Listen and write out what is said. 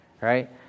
right